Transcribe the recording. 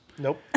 Nope